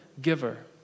giver